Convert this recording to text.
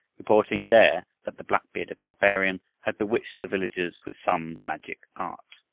reporting there that the black-bearded barbarian had bewitched the villagers with some magic art.